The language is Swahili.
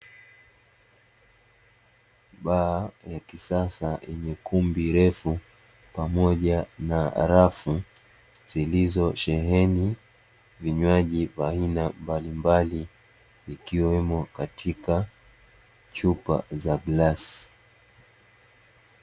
Baa ya kisasa yenye kumbi refu, pamoja na rafu zilizosheheni vinywaji vya aina mbalimbali, ikiwemo katika chupa za glasi.